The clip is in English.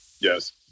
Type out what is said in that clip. Yes